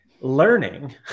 learning